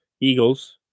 Eagles